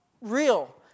real